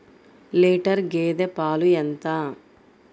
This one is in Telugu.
లీటర్ గేదె పాలు ఎంత?